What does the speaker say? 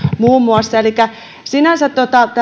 muun muassa elikkä sinänsä